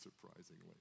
surprisingly